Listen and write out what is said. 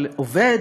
אבל עובד,